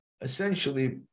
essentially